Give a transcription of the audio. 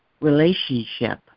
relationship